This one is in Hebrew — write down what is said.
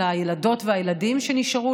על הילדות והילדים שנשארו,